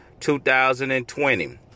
2020